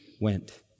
went